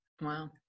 Wow